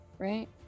Right